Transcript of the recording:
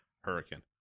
Hurricane